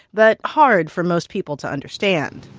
but hard for most people to understand.